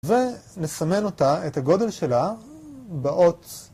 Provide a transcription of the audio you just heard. ‫ונסמן אותה, את הגודל שלה, ‫באות